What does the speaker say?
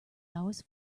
hours